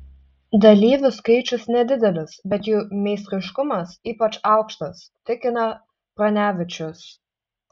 dalyvių skaičius nedidelis bet jų meistriškumas ypač aukštas tikina pranevičius